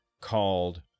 called